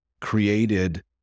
created